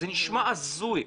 זה נשמע הזוי.